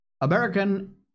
American